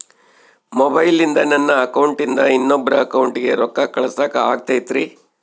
ಮೊಬೈಲಿಂದ ನನ್ನ ಅಕೌಂಟಿಂದ ಇನ್ನೊಬ್ಬರ ಅಕೌಂಟಿಗೆ ರೊಕ್ಕ ಕಳಸಾಕ ಆಗ್ತೈತ್ರಿ?